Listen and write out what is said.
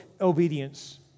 obedience